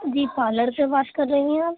جی parlour سے بات کر رہی ہیں آپ